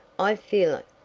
i feel it!